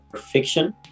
fiction